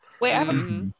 wait